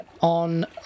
on